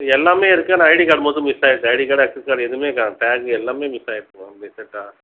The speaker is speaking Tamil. எல்லாமே இருக்குது ஆனால் ஐடி கார்ட் மட்டும் மிஸ்ஸாகிட்டு ஐடி கார்டு ஆக்ஸஸ் கார்டு எதுவுமே காணோம் டேக்கு எல்லாமே மிஸ்ஸாகிடுச்சி மேம் எக்ஸ்ட்ரா